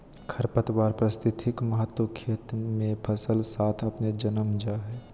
खरपतवार पारिस्थितिक महत्व खेत मे फसल साथ अपने जन्म जा हइ